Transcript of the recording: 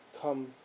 Come